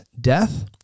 death